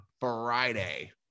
Friday